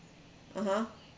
(uh huh)